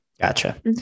Gotcha